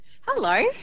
Hello